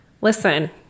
Listen